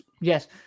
Yes